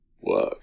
work